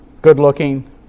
good-looking